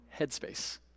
headspace